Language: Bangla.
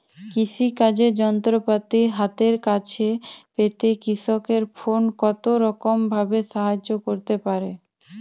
কৃষিকাজের যন্ত্রপাতি হাতের কাছে পেতে কৃষকের ফোন কত রকম ভাবে সাহায্য করতে পারে?